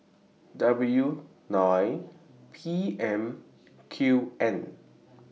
W nine P M Q N